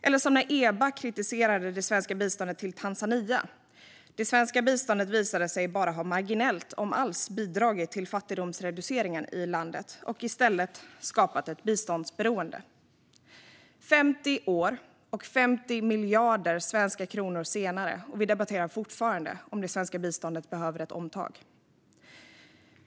Eller när EBA kritiserade det svenska biståndet till Tanzania. Det svenska biståndet visade sig bara ha marginellt, om alls, bidragit till fattigdomsreduceringen i landet och i stället skapat ett biståndsberoende. 50 år och 50 miljarder svenska kronor senare - och vi debatterar fortfarande om det svenska biståndet behöver ett omtag.